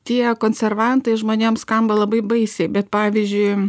tie konservantai žmonėms skamba labai baisiai bet pavyzdžiui